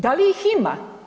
Da li ih ima?